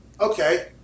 Okay